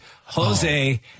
Jose